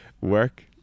work